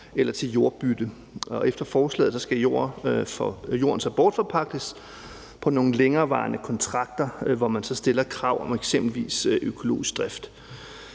eller jordbytte. Efter forslaget skal jorden skal bortforpagtes på længerevarende kontrakter, hvor man så stiller krav om eksempelvis økologisk drift.